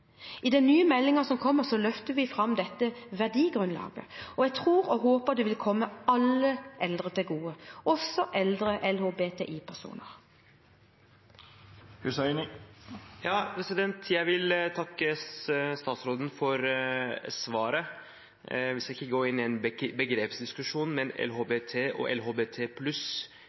I den nye meldingen som kommer, løfter vi fram dette verdigrunnlaget, og jeg tror og håper det vil komme alle eldre til gode, også eldre LHBTI-personer. Jeg vil takke statsråden for svaret. Vi skal ikke gå inn i en begrepsdiskusjon, men LHBT og LHBT+